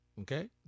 Okay